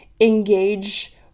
engage